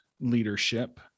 leadership